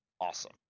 awesome